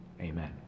Amen